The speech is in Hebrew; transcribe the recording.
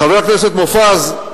חבר הכנסת מופז,